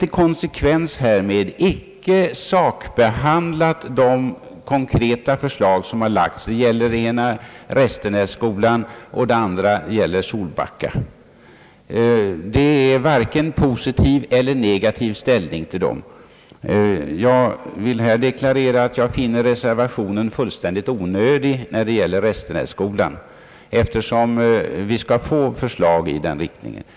I konsekvens härmed har vi inte sakbehandlat det konkreta förslag som lagts fram. Det gäller dels Restenässkolan, dels Solbacka. Utskottet har varken tagit positiv eller negativ ställning till dessa skolor. Jag vill här deklarera att jag finner reservationen fullständigt onödig när det gäller Restenässkolan, eftersom vi skall få förslag i den riktning som avses.